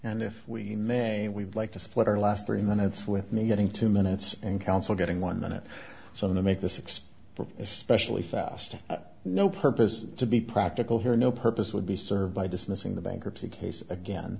and if we may we like to split our last three minutes with me getting two minutes in council getting one minute so no make this six especially fast no purpose to be practical here no purpose would be served by dismissing the bankruptcy case again